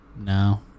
No